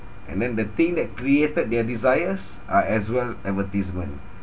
and then the thing that created their desires are as well advertisement